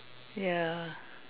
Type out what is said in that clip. ya